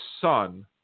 son